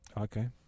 Okay